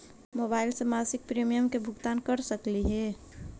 Mobile से मासिक premium के भुगतान कर सकली हे?